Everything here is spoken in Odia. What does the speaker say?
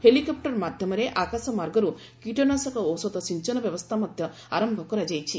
ହେଲିକପୁର ମାଧ୍ୟମରେ ଆକାଶମାର୍ଗରୁ କୀଟନାଶକ ଔଷଧ ସିଞ୍ଚନ ବ୍ୟବସ୍ଥା ମଧ୍ୟ ଆରମ୍ଭ କରାଯାଇଛି